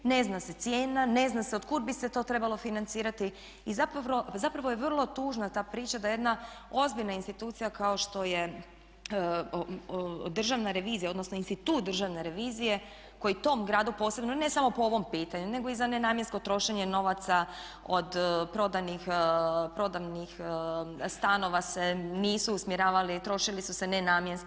Ne zna se cijena, ne zna se otkud bi se to trebalo financirati i zapravo je vrlo tužna ta priča da jedna ozbiljna institucija kao što je Državna revizija odnosno institut Državne revizije koji tom gradu posebno ne samo po ovom pitanju nego i za nenamjensko trošenje novaca od prodanih stanova se nisu usmjeravali, trošili su se nenamjenski.